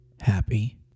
happy